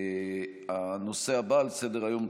הנושא הבא על סדר-היום,